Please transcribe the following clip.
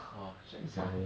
!wah! shag sia